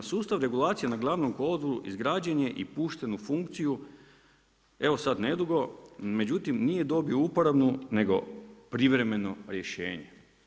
Sustav regulacije na glavnom kolodvoru, izgrađen je i pušten u funkciju, evo sad nedugo, međutim nije dobio uporabnu, nego privremeno rješenje.